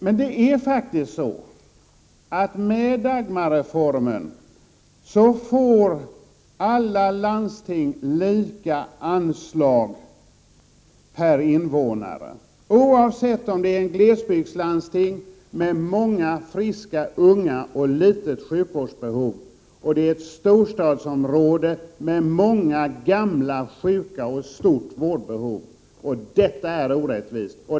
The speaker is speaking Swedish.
Men med Dagmarreformen får faktiskt alla landsting lika anslag per invånare, oavsett om det är ett glesbygdslandsting med många friska, unga invånare och ett litet sjukvårdsbehov eller om det är ett storstadsområde med många gamla, sjuka människor och ett stort vårdebehov. Detta är orättvist.